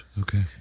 Okay